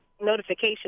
notification